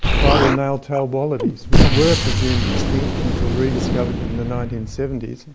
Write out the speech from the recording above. bridle nail-tailed wallabies, which were presumed extinct until rediscovered in the nineteen seventy s, and